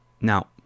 Now